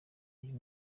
uyu